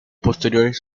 posteriores